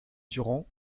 durand